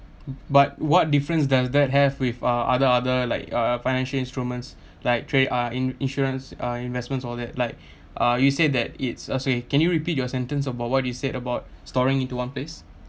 but what difference does that have with uh other other like uh financial instruments like trade ah in~ insurance uh investments all that like uh you said that it's uh sorry can you repeat your sentence about what you said about storing into one place